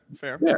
fair